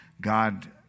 God